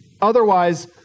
Otherwise